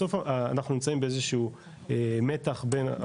בסוף אנחנו נמצאים באיזשהו מתח בין,